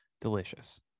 delicious